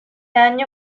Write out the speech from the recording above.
año